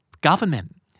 Government